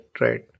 right